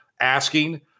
asking